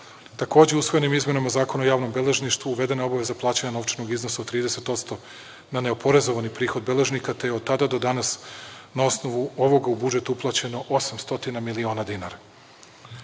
Takođe, usvojenim izmenama Zakona o javnom beležništvu uvedena je obaveza plaćanja novčanog iznosa od 30% na neoporezovani prihod beležnika, te je od tada do danas, na osnovu ovoga, u budžet uplaćeno 800 miliona dinara.